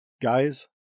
Guys